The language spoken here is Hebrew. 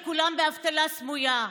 וכולם באבטלה סמויה.